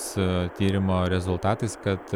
tyrimo rezultatas kad